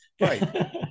Right